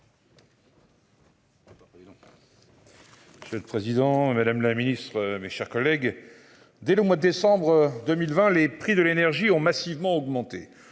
C'est le président Madame la Ministre, mes chers collègues. Dès le mois de décembre 2020, les prix de l'énergie ont massivement augmenté,